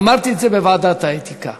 אמרתי את זה בוועדת האתיקה.